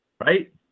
right